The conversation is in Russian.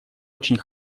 очень